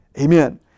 Amen